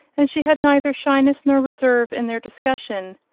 and she had neither shyness nor reserve in their discussion.